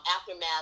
aftermath